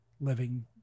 living